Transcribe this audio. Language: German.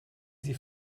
sie